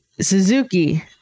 Suzuki